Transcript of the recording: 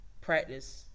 practice